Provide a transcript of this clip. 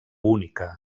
única